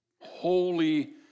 Holy